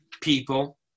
people